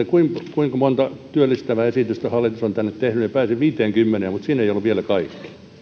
kuinka monta työllistävää esitystä hallitus on tänne tehnyt ja pääsin viiteenkymmeneen mutta siinä ei ollut vielä kaikki